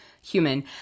human